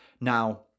Now